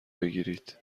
بگیرید